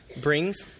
brings